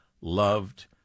loved